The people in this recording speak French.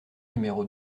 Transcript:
numéro